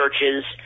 churches